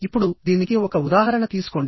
ఇప్పుడు దీనికి ఒక ఉదాహరణ తీసుకోండి